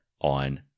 on